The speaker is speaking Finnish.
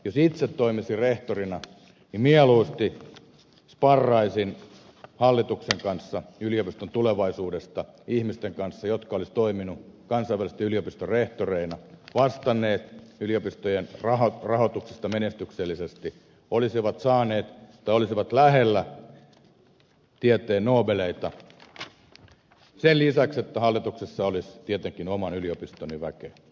jos itse toimisin rehtorina mieluusti sparraisin hallituksen kanssa yliopiston tulevaisuudesta ihmisten kanssa jotka olisivat toimineet kansainvälisten yliopistojen rehtoreina vastanneet yliopistojen rahoituksesta menestyksellisesti olisivat saaneet tai olisivat lähellä tieteen nobeleita sen lisäksi että hallituksessa olisi tietenkin oman yliopistoni väkeä